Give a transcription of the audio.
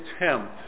attempt